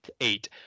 eight